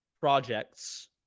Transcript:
projects